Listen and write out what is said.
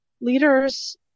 leaders